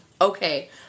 Okay